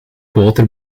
boter